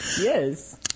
Yes